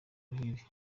ruhire